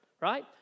right